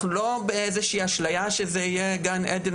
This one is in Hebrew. אנחנו לא באשליה שזה יהיה גן עדן